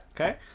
okay